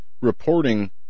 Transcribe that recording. Reporting